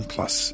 Plus